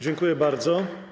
Dziękuję bardzo.